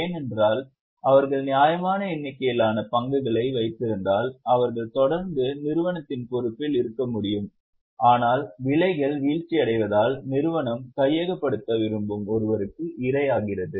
ஏனென்றால் அவர்கள் நியாயமான எண்ணிக்கையிலான பங்குகளை வைத்திருந்தால் அவர்கள் தொடர்ந்து நிறுவனத்தின் பொறுப்பில் இருக்க முடியும் ஆனால் விலைகள் வீழ்ச்சியடைவதால் நிறுவனம் கையகப்படுத்த விரும்பும் ஒருவருக்கு இரையாகிறது